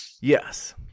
Yes